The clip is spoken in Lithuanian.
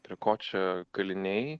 prie ko čia kaliniai